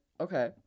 okay